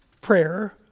prayer